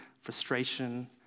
frustration